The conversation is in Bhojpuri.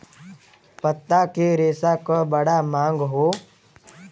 पत्ता के रेशा क बड़ा मांग हौ